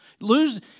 Lose